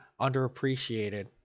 underappreciated